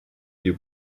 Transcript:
you